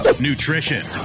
nutrition